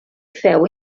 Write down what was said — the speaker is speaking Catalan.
féu